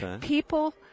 People